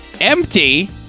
empty